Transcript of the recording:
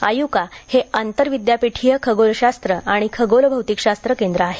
आयुका हे आंतरविद्यापीठीय खगोलशास्त्र आणि खगोलभौतिकशास्त्र केंद्र आहे